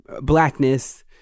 blackness